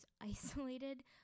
isolated